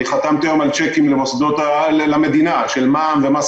אני חתמתי היום על צ'קים למוסדות המדינה של מע"מ ומס